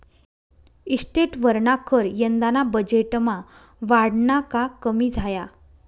इस्टेटवरना कर यंदाना बजेटमा वाढना का कमी झाया?